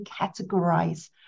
categorize